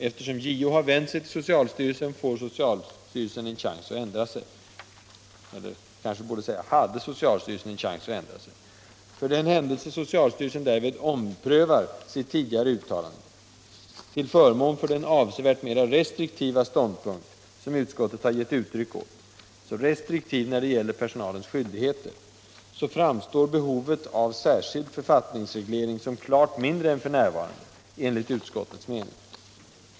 Eftersom JO har vänt sig till socialstyrelsen får styrelsen en chans att ändra sig. För den händelse socialstyrelsen därvid omprövar sitt tidigare uttalande till förmån för den avsevärt mer restriktiva ståndpunkt som utskottet har gett uttryck åt — restriktiv när det gäller personalens skyldigheter — framstår behovet av särskild författningsreglering som klart mindre än f.n., enligt utskottets mening.